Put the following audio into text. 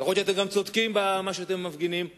יכול להיות שאתם גם צודקים במה שאתם מפגינים עליו,